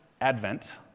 Advent